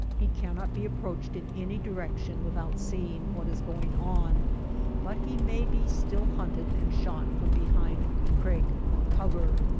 he cannot be approached in any direction without seeing what is going on but he may be still hunted and shot from behind crag or cover.